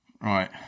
Right